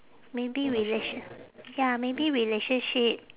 maybe relatio~ ya maybe relationship